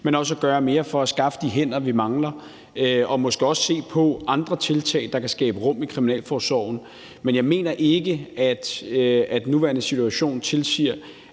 om at gøre mere for at skaffe de hænder, vi mangler, og måske også om at se på andre tiltag, der kan skabe rum i kriminalforsorgen. Men jeg mener ikke, at den nuværende situation tilsiger,